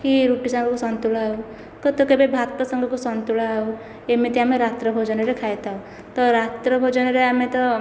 କି ରୁଟି ସାଙ୍ଗକୁ ସନ୍ତୁଳା ହେଉ ତ ତ କେବେ କେବେ ଭାତ ସାଙ୍ଗକୁ ସନ୍ତୁଳା ହେଉ ଏମିତି ଆମେ ରାତ୍ର ଭୋଜନରେ ଖାଇଥାଉ ତ ରାତ୍ର ଭୋଜନରେ ଆମେ ତ